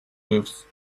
lives